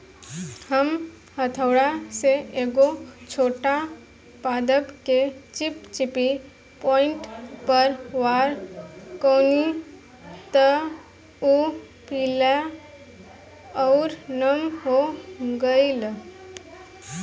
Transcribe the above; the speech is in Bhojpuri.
हम हथौड़ा से एगो छोट पादप के चिपचिपी पॉइंट पर वार कैनी त उ पीले आउर नम हो गईल